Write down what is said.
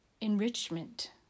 enrichment